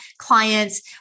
clients